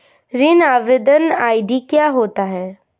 ऋण आवेदन आई.डी क्या होती है?